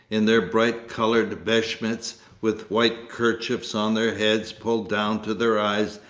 in their bright coloured beshmets with white kerchiefs on their heads pulled down to their eyes,